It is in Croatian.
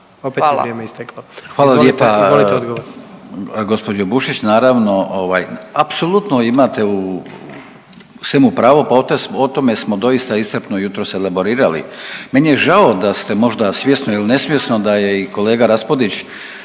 (HDZ)** Hvala lijepa gđo. Bušić. Naravno, apsolutno imate u svemu pravo, pa o tome smo doista iscrpno jutros elaborirali. Meni je žao da ste možda svjesno ili nesvjesno, da je i kolega Raspudić